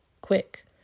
quick